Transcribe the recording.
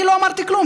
אני לא אמרתי כלום,